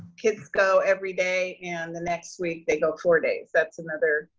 kids go every day and the next week they go four days. that's another,